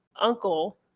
Uncle